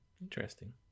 Interesting